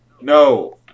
No